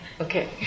Okay